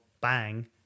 bang